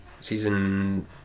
season